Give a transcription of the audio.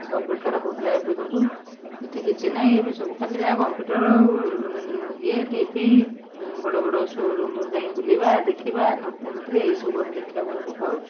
ସବୁ ପ୍ରକାର ହେଉଥିଲା ଏବେ କିନ୍ତୁ ଏଠି କିଛି ନାହିଁ ଏବେ ସବୁ ଖାଲି ଯାହା କମ୍ପ୍ୟୁଟର୍ ଇଏ ଟିଭି ବଡ଼ ବଡ଼ ସୋରୁମ୍ରୁ ଯାଇଁ ବୁଲିବା ଦେଖିବା ନୃତ୍ୟ ନାଟିକା ଏଇସବୁ ଆମେ ଦେଖିବାକୁ ଏବେ ପାଇଛୁ